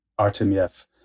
Artemiev